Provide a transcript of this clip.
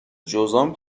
جذام